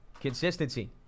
Consistency